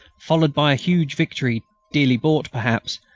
followed by a huge victory, dearly bought, perhaps,